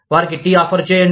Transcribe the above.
వారికి tea offer చేయండి